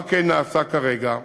מה כן נעשה כרגע?